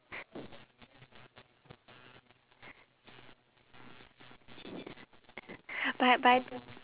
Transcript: but but